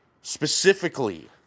specifically